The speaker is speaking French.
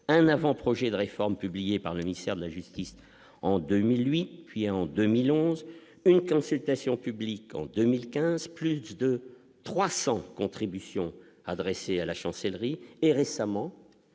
un avant-projet de réforme publiés par le ministère de la justice en 2008 puis en 2000 11 heures consultations publiques en 2015, plus de 300 contributions adressées à la chancellerie et récemment,